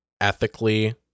ethically